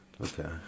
Okay